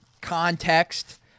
context